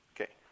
Okay